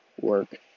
work